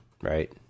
right